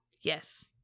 Yes